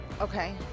Okay